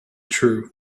true